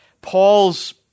Paul's